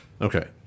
Okay